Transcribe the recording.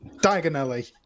Diagonally